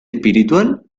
espiritual